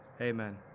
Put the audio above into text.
Amen